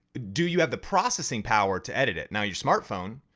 do you have the processing power to edit it? now your smartphone,